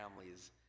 families